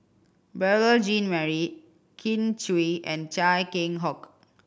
Beurel Jean Marie Kin Chui and Chia Keng Hock